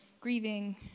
grieving